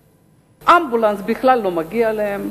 שאמבולנס לא מגיע להם.